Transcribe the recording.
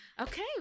Okay